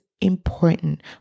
important